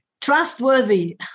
trustworthy